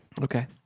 okay